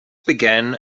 began